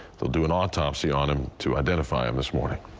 they'll do an autopsy on him to identify him this morning.